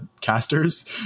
casters